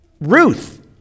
Ruth